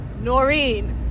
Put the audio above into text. Noreen